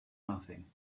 nothing